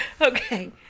Okay